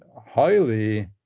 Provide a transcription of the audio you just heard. highly